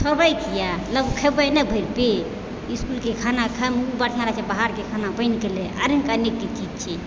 तऽ छोड़बै किएक लऽ कऽ खेबै नहि भरि पेट इसकुलके खाना खाइमे बढ़िआँ रहै छै बाहरके खाना बनि गेलै की छियै